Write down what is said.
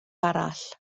arall